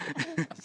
הציבור לא טיפש.